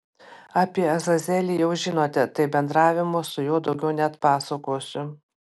apie azazelį jau žinote tai bendravimo su juo daugiau neatpasakosiu